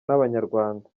n’abanyarwanda